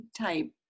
type